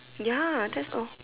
ya that's all